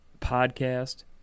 podcast